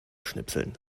schnipseln